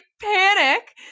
panic